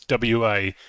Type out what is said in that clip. wa